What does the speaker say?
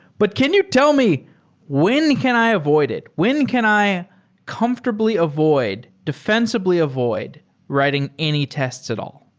but can you tell me when can i avoid it? when can i comfortably avoid, defensively avoid writing any tests at all?